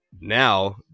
Now